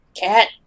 Cat